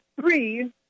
three